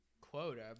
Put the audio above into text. quota